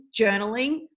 journaling